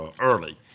early